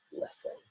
listen